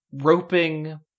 roping